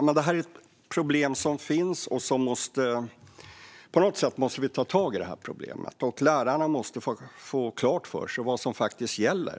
Men detta är ett problem som finns, och vi måste ta tag i det på något sätt. Lärarna måste få klart för sig vad som faktiskt gäller.